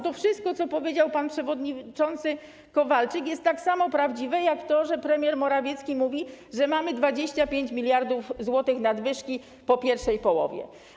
To wszystko, co powiedział pan przewodniczący Kowalczyk, jest tak samo prawdziwe jak to, co mówi premier Morawiecki, że mamy 25 mld zł nadwyżki po pierwszej połowie.